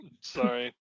Sorry